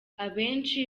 abenshi